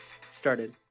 started